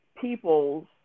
people's